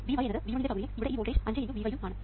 Vy എന്നത് V1 ന്റെ പകുതിയും ഇവിടെ ഈ വോൾട്ടേജ് 5×Vy ഉം ആണ്